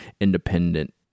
independent